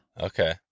okay